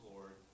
Lord